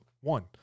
One